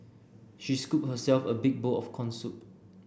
she scooped herself a big bowl of corn soup